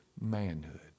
manhood